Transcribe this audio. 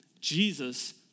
Jesus